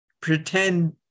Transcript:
pretend